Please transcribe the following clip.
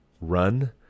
run